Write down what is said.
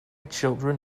children